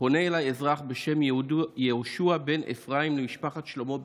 פונה אליי אזרח בשם יהושע בן אפרים למשפחת שלמה,